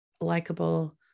likable